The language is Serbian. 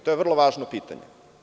To je vrlo važno pitanje.